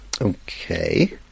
Okay